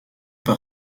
par